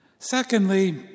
Secondly